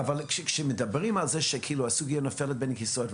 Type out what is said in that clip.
אבל כשמדברים על זה שהסוגייה נופלת בין הכיסאות,